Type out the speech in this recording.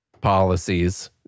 policies